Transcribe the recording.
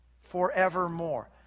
forevermore